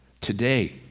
Today